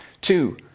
Two